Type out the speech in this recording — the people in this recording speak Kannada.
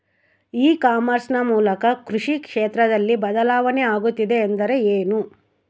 ಇ ಕಾಮರ್ಸ್ ನ ಮೂಲಕ ಕೃಷಿ ಕ್ಷೇತ್ರದಲ್ಲಿ ಬದಲಾವಣೆ ಆಗುತ್ತಿದೆ ಎಂದರೆ ಏನು?